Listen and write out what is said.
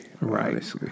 Right